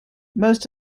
most